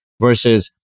versus